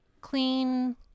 clean